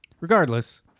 regardless